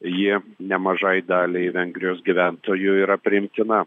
ji nemažai daliai vengrijos gyventojų yra priimtina